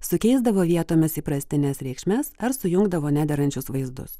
sukeisdavo vietomis įprastines reikšmes ar sujungdavo nederančius vaizdus